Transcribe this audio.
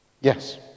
Yes